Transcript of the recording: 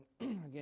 again